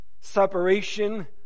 Separation